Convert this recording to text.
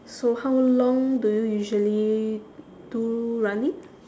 so how long do you usually do running